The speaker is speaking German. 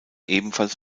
ebenfalls